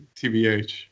tbh